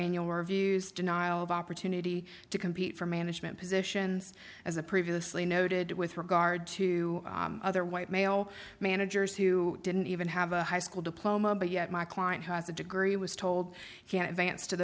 your views denial of opportunity to compete for management positions as a previously noted with regard to other white male managers who didn't even have a high school diploma but yet my client has a degree was told can advance to